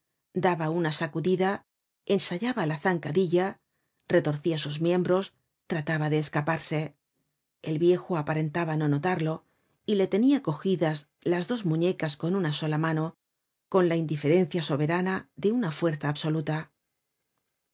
daba una sacudida ensayabala zancadilla retorcia sus miembros trataba de escaparse el viejo aparentaba no notarlo y le tenia cogidas las dos muñecas con una sola mano con la indiferencia soberana de una fuerza absoluta